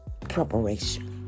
Preparation